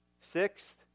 Sixth